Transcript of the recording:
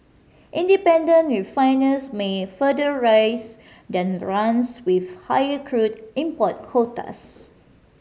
independent refiners may further raise their runs with higher crude import quotas